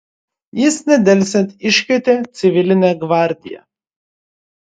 jis nedelsiant iškvietė civilinę gvardiją